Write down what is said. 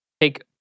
take